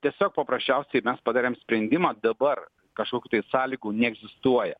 tiesiog paprasčiausiai mes padarėm sprendimą dabar kažkokių tai sąlygų neegzistuoja